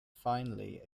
finally